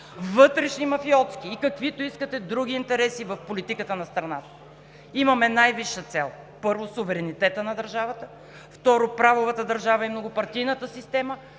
вътрешни мафиотски и каквито искате други интереси в политиката на страната. Имаме най-висша цел – първо, суверенитетът на държавата; второ, правовата държава и многопартийната система,